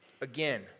Again